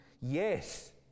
Yes